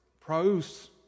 praus